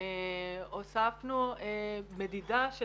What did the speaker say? הוספנו מדידה של